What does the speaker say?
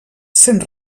sent